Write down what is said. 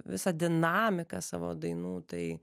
visą dinamiką savo dainų tai